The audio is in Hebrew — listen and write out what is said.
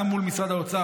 גם מול משרד האוצר,